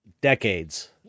decades